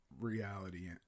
reality